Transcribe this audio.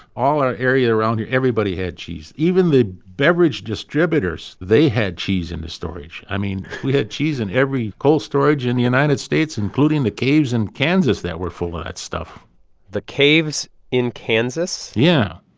all our area around here everybody had cheese. even the beverage distributors, they had cheese in the storage. i mean, we had cheese in every cold storage in the united states, including the caves in kansas that were full of and that stuff the caves in kansas? yeah,